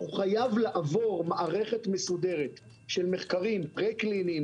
הוא חייב לעבור מערכת מסודרת של מחקרים קליניים